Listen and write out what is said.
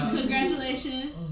congratulations